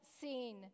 seen